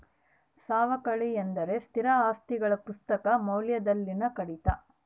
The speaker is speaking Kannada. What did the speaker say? ಸವಕಳಿ ಎಂದರೆ ಸ್ಥಿರ ಆಸ್ತಿಗಳ ಪುಸ್ತಕ ಮೌಲ್ಯದಲ್ಲಿನ ಕಡಿತ